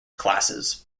classes